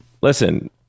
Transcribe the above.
Listen